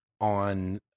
on